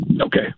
Okay